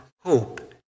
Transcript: hope